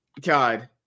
God